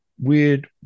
weird